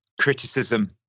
criticism